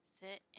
sit